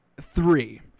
three